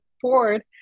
Ford